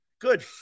Good